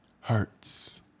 Hurts